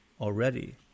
already